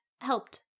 helped